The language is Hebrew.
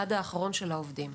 עד לאחרון העובדים.